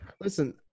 Listen